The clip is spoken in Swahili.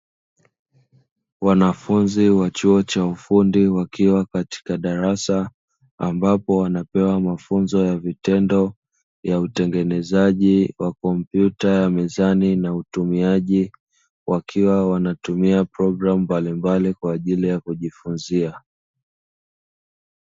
Wanafunzi wa chuo cha ufundi wakiwa katika darasa, ambapo wanapewa mafunzo ya vitendo ya utengenezaji wa kompyuta ya mezani na utumiaji, wakiwa wanatumia programu mbalimbali kwa ajili ya kujifunzia.